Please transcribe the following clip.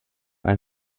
ein